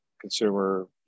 consumer